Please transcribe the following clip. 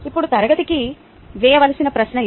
ఇప్పుడు తరగతికి వేయవలసిన ప్రశ్న ఇది